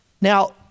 Now